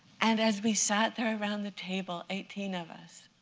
and as we sat there around the table, eighteen of us